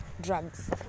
Drugs